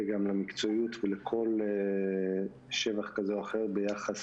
גם למקצועיות ולכל שבח כזה או אחר ביחס